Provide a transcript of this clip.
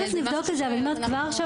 א' נבדוק את זה אבל אני אומר כבר עכשיו,